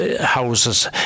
houses